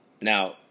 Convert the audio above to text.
Now